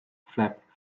flap